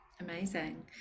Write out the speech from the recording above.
amazing